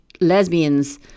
lesbians